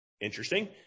interesting